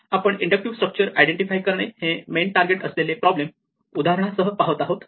आपण inductive structure identify करणे हे मेन टारगेट असलेले प्रॉब्लेम उदाहरणासह पाहत आहोत